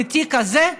לתיק הזה,